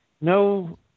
no